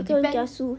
每个人 kiasu